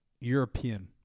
European